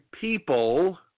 people